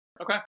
Okay